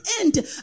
end